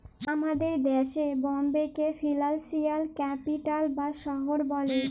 আমাদের দ্যাশে বম্বেকে ফিলালসিয়াল ক্যাপিটাল বা শহর ব্যলে